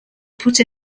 put